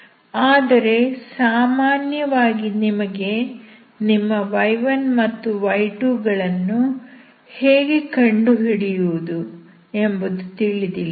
ಆದರೆ ಸಾಮಾನ್ಯವಾಗಿ ನಿಮಗೆ ನಿಮ್ಮ y1 ಮತ್ತು y2 ಗಳನ್ನು ಹೇಗೆ ಕಂಡುಹಿಡಿಯುವುದು ಎಂಬುದು ತಿಳಿದಿಲ್ಲ